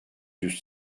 yüz